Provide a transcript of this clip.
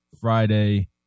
Friday